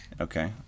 Okay